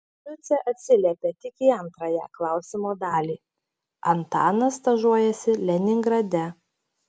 liucė atsiliepė tik į antrąją klausimo dalį antanas stažuojasi leningrade